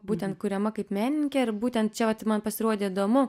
būtent kuriama kaip menininkė ir būtent čia vat man pasirodė įdomu